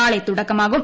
നാളെ തുടക്കമാകും